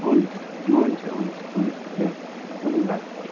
हुन्छ हुन्छ हुन्छ हुन्छ धन्यवाद